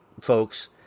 folks